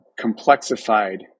complexified